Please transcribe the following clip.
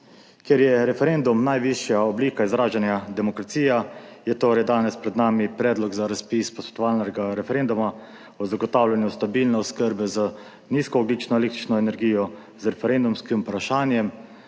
Ker je referendum najvišja oblika izražanja demokracije, je torej danes pred nami Predlog za razpis posvetovalnega referenduma o zagotavljanju stabilne oskrbe z nizkoogljično električno energijo z referendumskim vprašanjem: